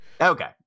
okay